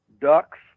ducks